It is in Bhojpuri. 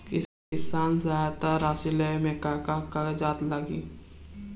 किसान सहायता राशि लेवे में का का कागजात लागी?